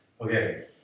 Okay